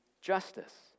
justice